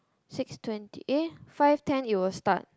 six twenty eh five ten it will start